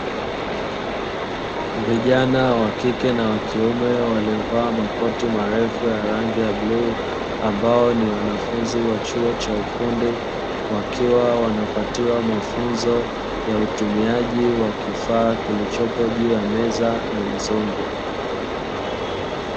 Vijana wa kike na wa kiume waliovaa makoti marefu ya rangi ya bluu ambao ni wanafunzi wa chuo cha ufundi wakiwa wanapatiwa mafunzo ya utumiaji wa kifaa kilichopo juu ya meza na mzungu.